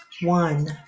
one